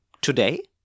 today